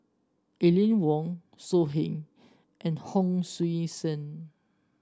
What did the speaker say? Aline Wong So Heng and Hon Sui Sen